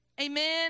Amen